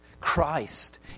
Christ